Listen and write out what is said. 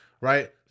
right